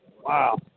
Wow